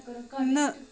نہٕ